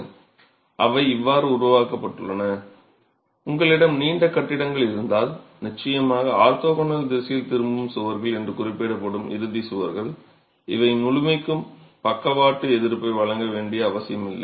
எனவே அவை எவ்வாறு உருவாக்கப்பட்டன உங்களிடம் நீண்ட கட்டிடங்கள் இருந்தால் நிச்சயமாக ஆர்த்தோகனல் திசையில் திரும்பும் சுவர்கள் என்று குறிப்பிடப்படும் இறுதி சுவர்கள் இவை முழுமைக்கும் பக்கவாட்டு எதிர்ப்பை வழங்க வேண்டிய அவசியமில்லை